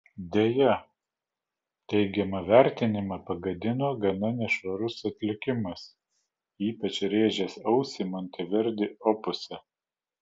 deja teigiamą vertinimą pagadino gana nešvarus atlikimas ypač rėžęs ausį monteverdi opuse